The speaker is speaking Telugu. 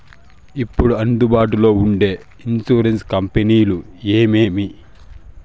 ఇప్పుడు అందుబాటులో ఉండే ఇన్సూరెన్సు కంపెనీలు ఏమేమి?